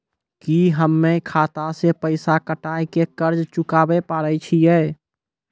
की हम्मय खाता से पैसा कटाई के कर्ज चुकाबै पारे छियै?